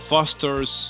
Foster's